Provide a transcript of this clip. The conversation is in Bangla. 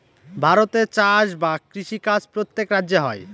ভারতে চাষ বা কৃষি কাজ প্রত্যেক রাজ্যে হয়